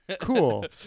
Cool